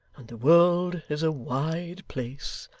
and the world is a wide place.